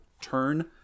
turn